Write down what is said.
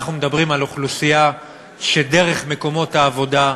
אנחנו מדברים על אוכלוסייה שדרך מקומות העבודה,